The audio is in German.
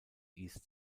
east